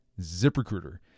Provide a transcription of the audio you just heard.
ZipRecruiter